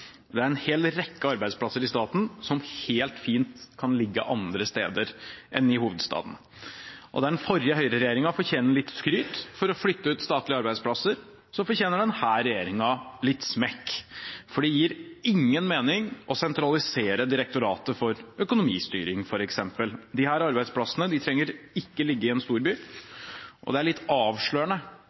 Det er en hel rekke arbeidsplasser i staten som helt fint kan ligge andre steder enn i hovedstaden. Der den forrige Høyre-regjeringen fortjener litt skryt for å ha flyttet ut statlige arbeidsplasser, fortjener denne regjeringen litt smekk, for det gir ingen mening å sentralisere Direktoratet for økonomistyring f.eks. Disse arbeidsplassene trenger ikke ligge i en stor by. Det er litt avslørende